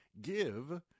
give